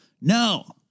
no